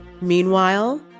Meanwhile